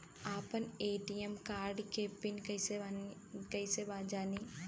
आपन ATM card के PIN कईसे जानी?